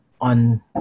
on